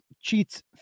Cheats